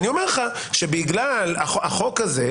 אני אומר לך שבגלל החוק הזה,